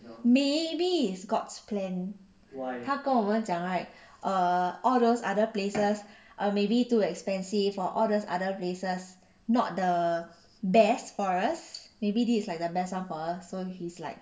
maybe it's god's plan 他跟我们讲 right all those other places are maybe too expensive or all those other places not the best for use maybe this is like the best for us so he's like